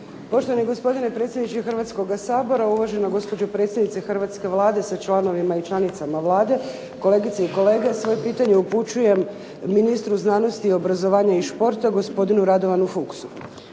Poštovani gospodine predsjedniče Hrvatskoga sabora, uvažena gospođo predsjednice hrvatske Vlade sa članovima i članicama Vlade, kolegice i kolege. Svoje pitanje upućujem ministru znanosti, obrazovanja i športa gospodinu Radovanu Fuchsu.